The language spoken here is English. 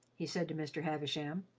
he said to mr. havisham,